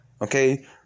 okay